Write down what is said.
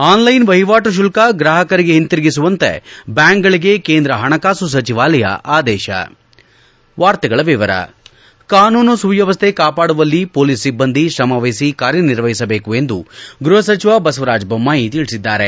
online ವಹಿವಾಟು ಶುಲ್ಲ ಗ್ರಾಪಕರಿಗೆ ಹಿಂದಿರುಗಿಸುವಂತೆ ಬ್ಲಾಂಕ್ಗಳಿಗೆ ಕೇಂದ್ರ ಹಣಕಾಸು ಸಚಿವಾಲಯ ಆದೇಶ ಕಾನೂನು ಸುವ್ಲವಸ್ಥೆ ಕಾಪಾಡುವಲ್ಲಿ ಮೊಲೀಸ್ ಸಿಬ್ಬಂದಿ ಶ್ರಮವಹಿಸಿ ಕಾರ್ಯನಿರ್ವಹಿಸಬೇಕು ಎಂದು ಗೃಹ ಸಚಿವ ಬಸವರಾಜ ಬೊಮ್ನಾಯಿ ತಿಳಿಸಿದ್ದಾರೆ